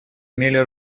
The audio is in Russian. имели